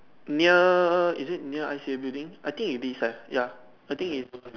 near is it near I_C_A building I think it is ah ya I think is